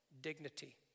Dignity